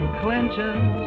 clinches